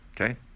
okay